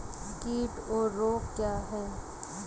कीट और रोग क्या हैं?